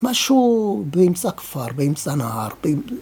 ‫משהו באמצע הכפר, באמצע הנהר, בין...